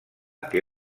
que